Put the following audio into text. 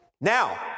Now